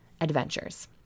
adventures